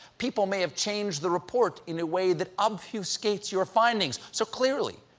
people may have changed the report in a way that obfuscates your findings. so, clearly,